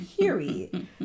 Period